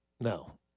No